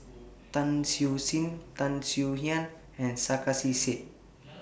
Tan Siew Sin Tan Swie Hian and Sarkasi Said